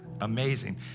amazing